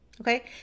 Okay